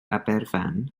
aberfan